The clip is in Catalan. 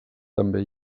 també